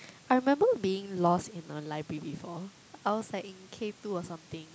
I remember being lost in a library before I was like in Kay two or something